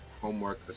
homework